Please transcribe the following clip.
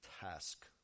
task